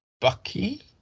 Bucky